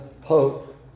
hope